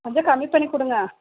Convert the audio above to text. கொஞ்சம் கம்மி பண்ணி கொடுங்க